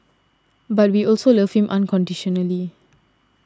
but we also love him unconditionally